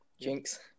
Jinx